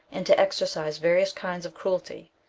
and to exercise various kinds of cruelty.